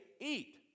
eat